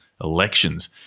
elections